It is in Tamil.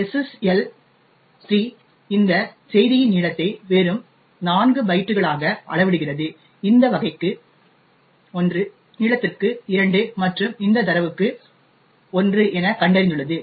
SSSL 3 இந்த செய்தியின் நீளத்தை வெறும் 4 பைட்டுகளாக அளவிடுகிறது இந்த வகைக்கு 1 நீளத்திற்கு 2 மற்றும் இந்த தரவுக்கு 1 என கண்டறிந்துள்ளது